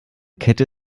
kette